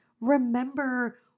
remember